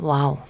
Wow